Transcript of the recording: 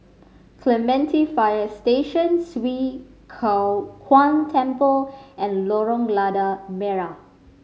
Clementi Fire Station Swee Kow Kuan Temple and Lorong Lada Merah